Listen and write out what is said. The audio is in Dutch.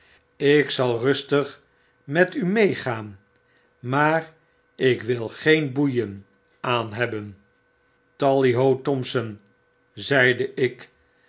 ik zal rustig met u meegaan maar ik wil geen boeien aanhebben tally ho thompson zeide ik